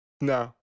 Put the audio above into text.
No